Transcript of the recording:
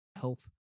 health